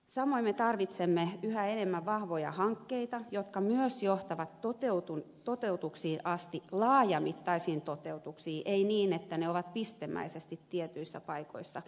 samoin me tarvitsemme yhä enemmän vahvoja hankkeita jotka myös johtavat toteutuksiin asti laajamittaisiin toteutuksiin ei niin että ne ovat pistemäisesti tietyissä paikoissa